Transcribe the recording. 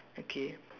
okay